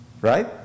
right